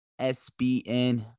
SBN